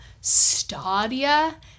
Stadia